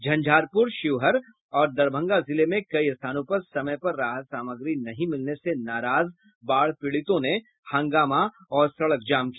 झंझारपुर शिवहर और दरभंगा जिले में कई स्थानों पर समय पर राहत सामग्री नहीं मिलने से नाराज बाढ़ पीड़ितों ने हंगामा और सड़क जाम किया